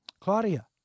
Claudia